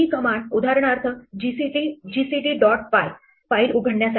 ही command उदाहरणार्थ gcd dot py file उघडण्यासाठी